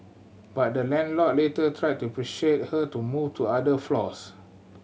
but the landlord later tried to persuade her to move to other floors